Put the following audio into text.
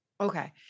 Okay